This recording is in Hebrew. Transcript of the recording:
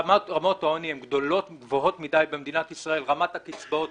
רמות העוני גבוהות מדי במדינת ישראל ורמת הקצבאות